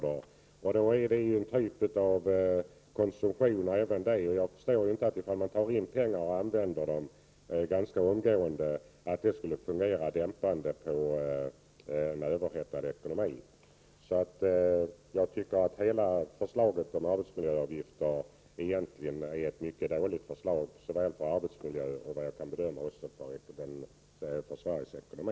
Även det är ju en typ av konsumtion, och om man tar in pengar och använder dem ganska omedelbart, förstår jag inte att det skulle fungera dämpande på en överhettad ekonomi. Så jag tycker att hela förslaget om arbetsmiljöavgifter egentligen är mycket dåligt, såväl för arbetsmiljön som enligt vad jag kan bedöma även för Sveriges ekonomi.